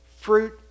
fruit